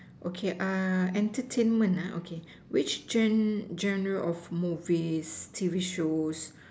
okay uh entertainment ah okay which gen~ genre of movies T_V shows